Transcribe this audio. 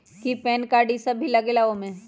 कि PAN card इ सब भी लगेगा वो में?